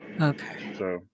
Okay